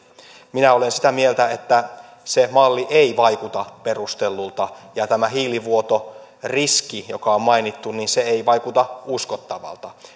minä olen sitä mieltä että se malli ei vaikuta perustellulta ja tämä hiilivuotoriski joka on mainittu ei vaikuta uskottavalta